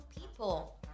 people